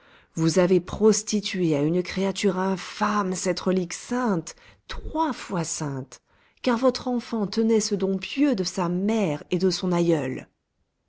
vous avez prostitué à une créature infâme cette relique sainte trois fois sainte car votre enfant tenait ce don pieux de sa mère et de son aïeule